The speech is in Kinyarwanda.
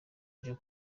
byo